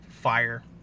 fire